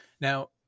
Now